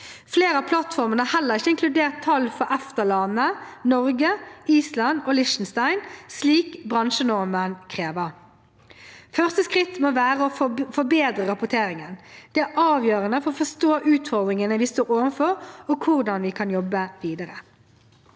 Flere av plattformene har heller ikke inkludert tall for EFTA-landene, Norge, Island og Liechtenstein, slik bransjenormen krever. Første skritt må være å forbedre rapporteringen. Det er avgjørende for å forstå utfordringene vi står overfor, og hvordan vi kan jobbe videre.